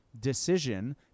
Decision